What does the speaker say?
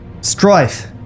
Strife